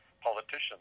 politicians